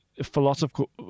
philosophical